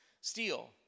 steel